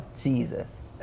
Jesus